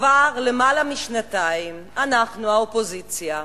כבר למעלה משנתיים, אנחנו, האופוזיציה,